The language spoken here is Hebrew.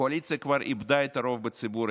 הקואליציה כבר איבדה את הרוב בציבור,